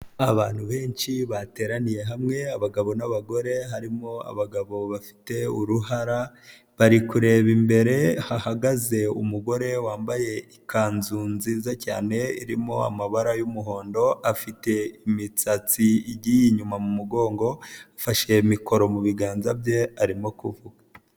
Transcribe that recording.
Abantu benshi bateraniye hamwe abagabo n'abagore, harimo abagabo bafite uruhara bari kureba imbere hahagaze umugore wambaye ikanzu nziza cyane irimo amabara y'umuhondo, afite imitsatsi igiye inyuma mu mugongo, afashe mikoro mu biganza bye arimo kuvuga.